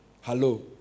Hello